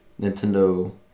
Nintendo